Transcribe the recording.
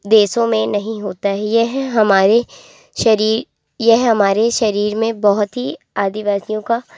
देशों में नहीं होता है यह हमारे शरीर यह हमारे शरीर में बहुत ही आदिवासियों का